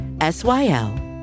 S-Y-L